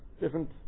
different